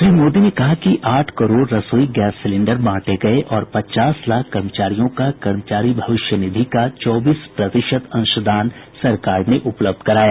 श्री मोदी ने कहा कि आठ करोड़ रसोई गैस सिलेन्डर बांटे गये और पचास लाख कर्मचारियों का कर्मचारी भविष्य निधि का चौबीस प्रतिशत अंशदान सरकार ने उपलब्ध कराया